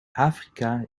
afrika